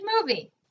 movie